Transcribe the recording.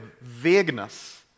vagueness